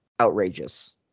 outrageous